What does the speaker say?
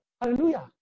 Hallelujah